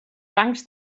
bancs